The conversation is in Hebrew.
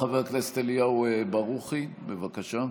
חבר הכנסת אליהו ברוכי, בבקשה.